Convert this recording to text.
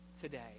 today